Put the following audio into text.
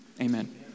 Amen